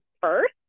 first